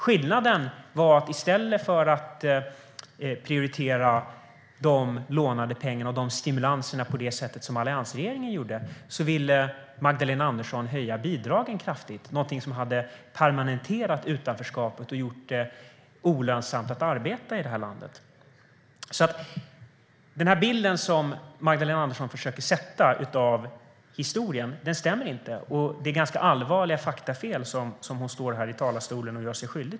Skillnaden var att i stället för att prioritera de lånade pengarna och stimulanserna på det sättet alliansregeringen gjorde ville Magdalena Andersson höja bidragen kraftigt. Det är något som hade permanentat utanförskapet och gjort det olönsamt att arbeta. Bilden som Magdalena Andersson försöker måla av historien stämmer inte, och hon gör sig skyldig till allvarliga faktafel i talarstolen.